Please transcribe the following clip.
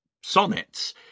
sonnets